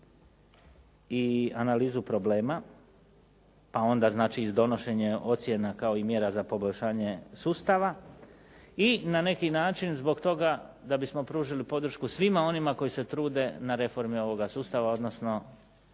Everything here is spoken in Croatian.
i analizu problema pa onda znači i donošenje ocjena kao i mjera za poboljšanje sustava i na neki način zbog toga da bismo pružili podršku svima onima koji se trude na reformi ovoga sustava odnosno